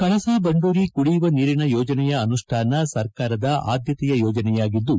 ಕಳಸಾ ಬಂಡೂರಿ ಕುಡಿಯುವ ನೀರಿನ ಯೋಜನೆಯ ಅನುಷ್ಠಾನ ಸರ್ಕಾರದ ಆದ್ದತೆಯ ಯೋಜನೆಯಾಗಿದ್ದು